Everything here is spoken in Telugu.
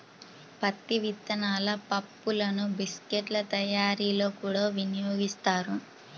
పత్తి విత్తనాల పప్పులను బిస్కెట్ల తయారీలో కూడా వినియోగిస్తారు